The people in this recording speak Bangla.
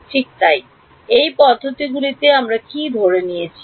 ঠিক তাই এই পদ্ধতিগুলিতে আমরা কী ধরে নিয়েছি